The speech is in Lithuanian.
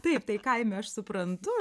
taip tai kaime aš suprantu